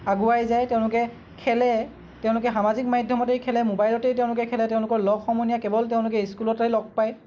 আগুৱাই যায় তেওঁলোকে খেলে তেওঁলোকে সামাজিক মাধ্যমতেই খেলে ম'বাইলতেই তেওঁলোকে খেলে তেওঁলোক লগ সমনীয়া কেৱল তেওঁলোকে স্কুলতে লগ পায়